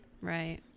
Right